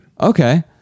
Okay